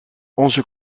onze